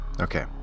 Okay